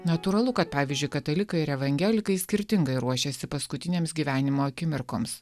natūralu kad pavyzdžiui katalikai ir evangelikai skirtingai ruošėsi paskutinėms gyvenimo akimirkoms